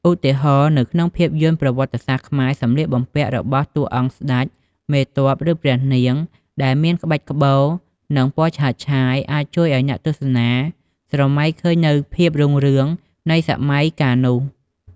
ឧទាហរណ៍ នៅក្នុងភាពយន្តប្រវត្តិសាស្ត្រខ្មែរ សម្លៀកបំពាក់របស់តួអង្គស្តេច មេទ័ព ឬព្រះនាង ដែលមានក្បាច់ក្បូរ និងពណ៌ឆើតឆាយ អាចជួយឱ្យអ្នកទស្សនាស្រមៃឃើញនូវភាពរុងរឿងនៃសម័យកាលនោះ ។